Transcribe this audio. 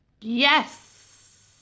Yes